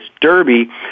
Derby